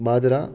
बाजरा